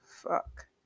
fuck